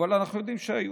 אבל אנחנו יודעים שהיו.